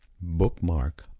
bookmark